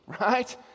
right